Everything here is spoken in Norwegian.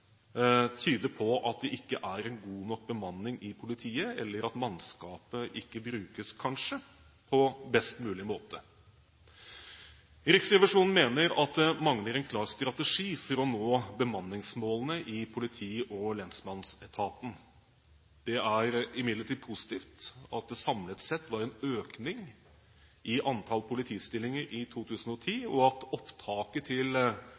tyder på at det ikke er en god nok bemanning i politiet, eller at mannskapet kanskje ikke brukes på best mulig måte. Riksrevisjonen mener at det mangler en klar strategi for å nå bemanningsmålene i politi- og lensmannsetaten. Det er imidlertid positivt at det samlet sett var en økning i antall politistillinger i 2010, og at opptaket til